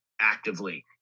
actively